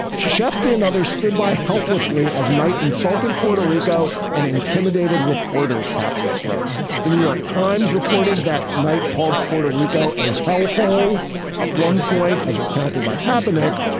shafqat and others stood by helplessly as knight insulted puerto rico and intimidated reporters. pappin, nick wrote the new york times reported that knight called puerto rico a hellhole at one point. as recounted by patinack,